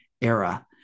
era